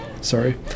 Sorry